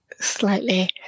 slightly